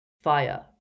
Fire